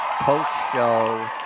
post-show